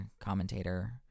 commentator